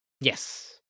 yes